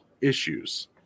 issues